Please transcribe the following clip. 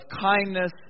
kindness